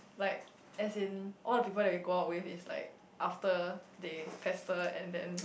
like as in all the people that you go out with is like after they pester and then